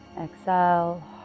Exhale